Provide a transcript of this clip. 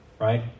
right